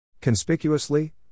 Conspicuously